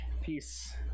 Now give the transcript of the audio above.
Peace